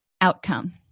outcome